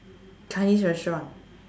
chinese restaurant